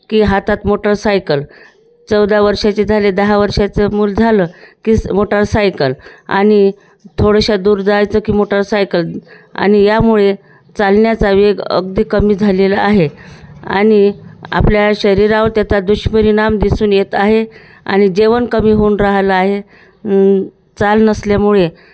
की हातात मोटरसायकल चौदा वर्षाचे झाले दहा वर्षाचं मूल झालं की मोटरसायकल आणि थोडंशा दूर जायचं की मोटरसायकल आणि यामुळे चालण्याचा वेग अगदी कमी झालेला आहे आणि आपल्या शरीरावर त्याचा दुष्परिणाम दिसून येत आहे आणि जेवण कमी होऊन राहिलं आहे चाल नसल्यामुळे